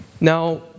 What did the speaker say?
Now